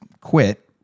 quit